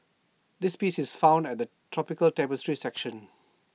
this piece is found at the tropical tapestry section